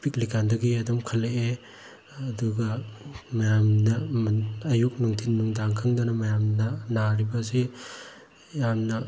ꯄꯤꯛꯂꯤ ꯀꯥꯟꯗꯒꯤ ꯑꯗꯨꯝ ꯈꯜꯂꯛꯑꯦ ꯑꯗꯨꯒ ꯃꯌꯥꯝꯅ ꯑꯌꯨꯛ ꯅꯨꯡꯊꯤꯟ ꯅꯨꯡꯗꯥꯡ ꯈꯪꯗꯅ ꯃꯌꯥꯝꯅ ꯅꯥꯔꯤꯕꯁꯤ ꯌꯥꯝꯅ